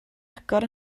agor